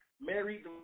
married